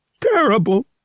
terrible